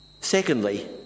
Secondly